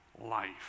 life